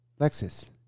Lexus